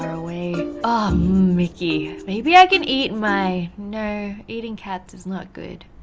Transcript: away ah mickey. maybe i can eat my no. eating cats is not good